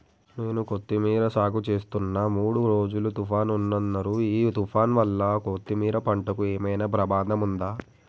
నేను కొత్తిమీర సాగుచేస్తున్న మూడు రోజులు తుఫాన్ ఉందన్నరు ఈ తుఫాన్ వల్ల కొత్తిమీర పంటకు ఏమైనా ప్రమాదం ఉందా?